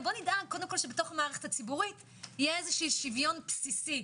בואו קודם כל נדאג שבתוך המערכת הציבורית יהיה שווין בסיסי.